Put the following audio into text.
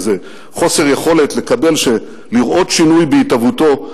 איזה חוסר יכולת לראות שינוי בהתהוותו.